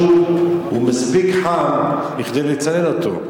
הלוא השוק הוא חם מכדי לצנן אותו.